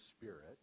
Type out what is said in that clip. spirit